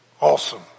awesome